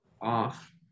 off